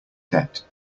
debt